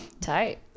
Tight